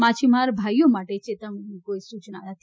માછીમાર ભાઈઓ માટે ચેતવણીની કોઈ સુચના નથી